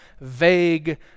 vague